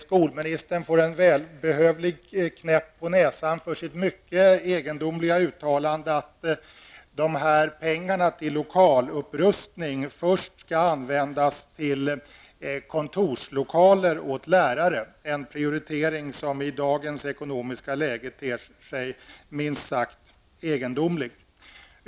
Skolministern får en välbehövlig knäpp på näsan för sitt mycket egendomliga uttalande om att pengarna till lokalupprustning först skall användas till kontorslokaler åt lärare. Det är en prioritering som i dagens ekonomiska läge ter sig minst sagt egendomlig.